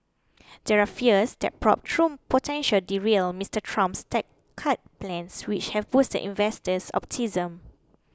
there are fears the probe potential derail Mister Trump's tax cut plans which have boosted investor optimism